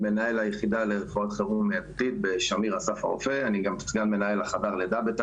מנהל היחידה לרפואת חירום באסף הרופא וגם סגן מנהל חדר הלידה.